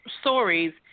stories